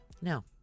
no